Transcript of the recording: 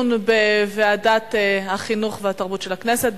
בוועדת החינוך והתרבות של הכנסת.